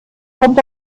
kommt